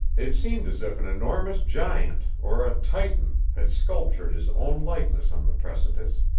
it seemed as if an enormous giant, or a titan, had sculptured his own likeness on the precipice.